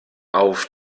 auf